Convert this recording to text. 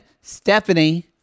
Stephanie